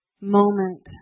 moment